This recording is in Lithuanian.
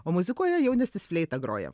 o muzikuoja jaunesnis fleita groja